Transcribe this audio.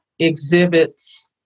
exhibits